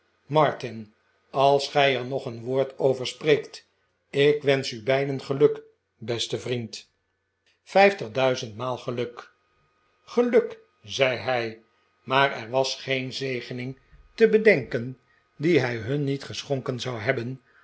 martin als gij er nog een woord over spreekt ik wensch u beiden geluk beste vriend vijftig duizendmaal geluk geluk zei hij maar er was geen zegening te bedenken die hij hun niet geschonken zou hebben